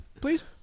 Please